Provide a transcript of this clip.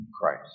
Christ